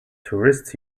tourists